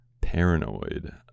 paranoid